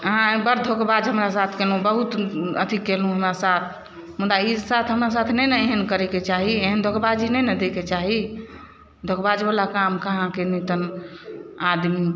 अहाँ बड़ धोखेबाज हमरा साथ केलहुॅं बहुत अथी केलहुॅं हमरा साथ मुदा ई साथ हमरा साथ नहि ने एहन करैके चाही एहन धोखेबाजी नहि ने दैके चाही धोखेबाज बला काम अहाँके नहि तन आदमी